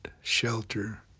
shelter